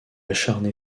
acharné